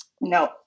No